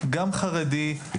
גם חרדי,